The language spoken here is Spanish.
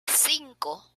cinco